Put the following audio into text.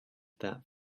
that